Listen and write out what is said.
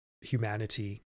humanity